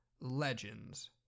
Legends